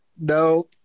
No